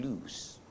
lose